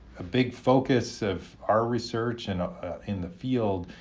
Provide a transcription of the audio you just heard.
a big focus of our research and in the field,